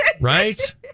right